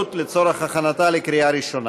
והבריאות לצורך הכנתה לקריאה ראשונה.